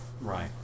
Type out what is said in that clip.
Right